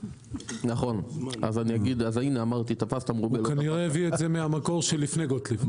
נכון, אז הנה אמרתי, תפסת מרובה לא תפסת.